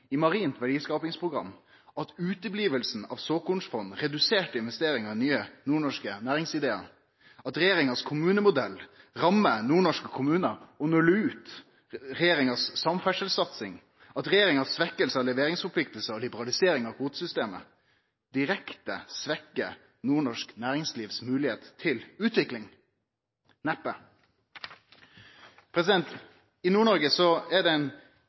i marint verdiskapingsprogram, at såkornfond ikkje blir noko av, at reduserte investeringar i nye nordnorske næringsidear, at regjeringas kommunemodell, som rammar nordnorske kommunar og nullar ut regjeringa si samferdselssatsing, og at regjeringa si svekking av leveringsforpliktingar og liberalisering av kvotesystemet direkte svekkjer nordnorsk næringsliv si moglegheit til utvikling? Neppe. I Nord-Noreg er det ein